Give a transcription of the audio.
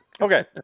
Okay